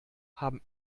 haben